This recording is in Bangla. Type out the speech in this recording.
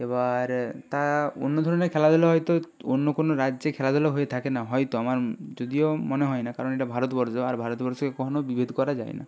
এবার তা অন্য ধরনের খেলাধূলা হয়তো অন্য কোনও রাজ্যে খেলাধূলা হয়ে থাকে না হয়তো আমার যদিও মনে হয় না কারণ এটা ভারতবর্ষ আর ভারতবর্ষে কখনও বিভেদ করা যায় না